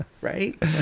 Right